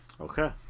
Okay